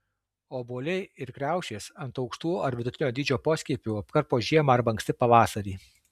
obuoliai ir kriaušės ant aukštų ar vidutinio dydžio poskiepių apkarpo žiemą arba anksti pavasarį